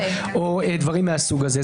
או דברים מהסוג הזה.